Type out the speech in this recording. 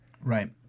Right